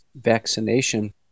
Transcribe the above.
vaccination